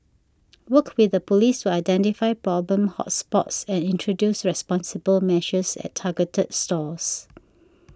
work with the Police to identify problem hot spots and introduce responsible measures at targeted stores